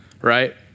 right